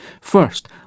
First